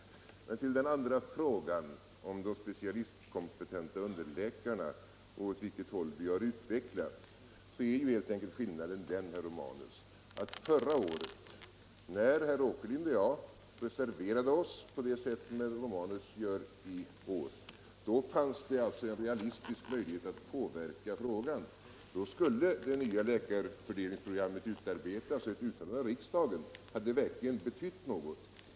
När det gäller den andra frågan — de specialistkompetenta underläkarna och åt vilket håll vi har utvecklats — är helt enkelt skillnaden den, herr Romanus, att förra året, när herr Åkerlind och jag reserverade oss på det sätt som herr Romanus gör i år, fanns det en realistisk möjlighet att påverka frågan. Då skulle det nya läkarfördelningsprogrammet utarbetas, och ett uttalande av riksdagen hade verkligen betytt något.